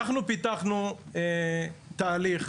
לא כולם חסרי מעש ומחכים שיכנסו לעולם הפשיעה.